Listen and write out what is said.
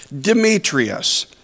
Demetrius